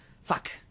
Fuck